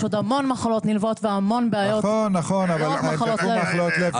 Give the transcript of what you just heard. יש עוד המון מחלות נלוות והמון בעיות ולא רק מחלות לב.